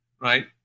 Right